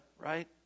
right